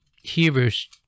Hebrews